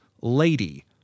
lady